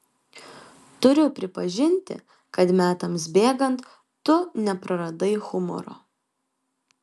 turiu pripažinti kad metams bėgant tu nepraradai humoro